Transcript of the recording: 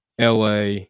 LA